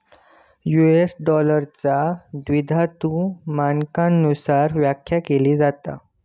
US डॉलरचा द्विधातु मानकांनुसार व्याख्या केली असा